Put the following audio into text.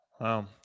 Wow